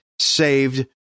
saved